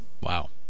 Wow